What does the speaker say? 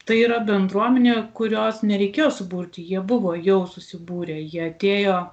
tai yra bendruomenė kurios nereikėjo suburti jie buvo jau susibūrę jie atėjo